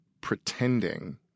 pretending